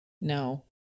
no